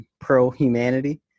pro-humanity